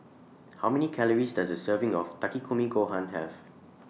How Many Calories Does A Serving of Takikomi Gohan Have